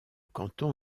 canton